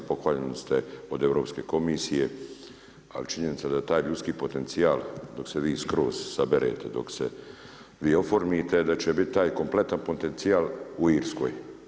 Pohvaljeni ste od Europske komisije, a činjenica da taj potencijal dok se vi skroz saberete, dok se vi oformite da će biti taj kompletan potencijal u Irskoj.